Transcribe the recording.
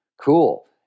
Cool